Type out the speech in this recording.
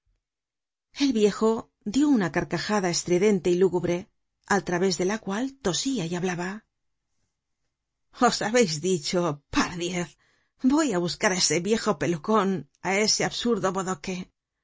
el viejo dió una carcajada estridente y lúgubre al través de la cual tosía y hablaba ah ah ah os habeis dicho pardiez voy á buscar á ese viejo pelucon á ese absurdo bodoque qué